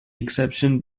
exception